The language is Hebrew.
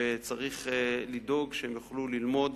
וצריך לדאוג שהם יוכלו ללמוד